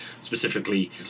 specifically